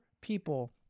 people